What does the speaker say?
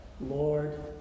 Lord